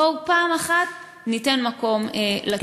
בואו פעם אחת וניתן מקום לטוב.